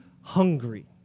hungry